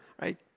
right